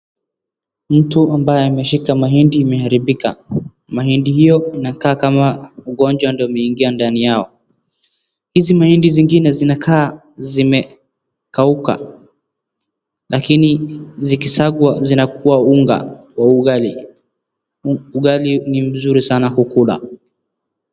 Mtu ambaye ameshika mahindi imeharibika, mahindi hiyo inakaa kama ugonjwa umeingia ndani yao. Hizi mahindi zingine zinakaa zimekauka lakini zikisagwa zinakua unga wa ugali. Ugali ni mzuri sana kukula.